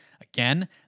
again